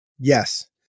yes